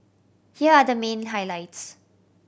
here are the main highlights